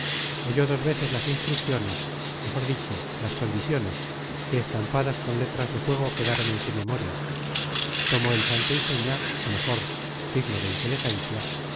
oyó dos veces las instrucciones mejor dicho las condiciones que estampadas con letras de fuego quedaron en su memoria tomó el santo y seña o mejor signo de inteligencia